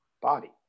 body